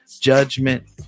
judgment